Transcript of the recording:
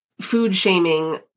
food-shaming